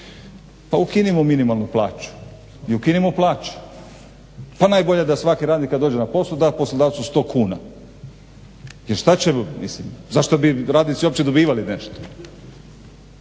Pa ukinimo minimalnu plaću i ukinimo plaću, pa najbolje da svaki radnik kad dođe na posao da poslodavcu 100 kuna jer šta će mu, zašto bi radnici uopće dobivali nešto.